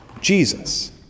Jesus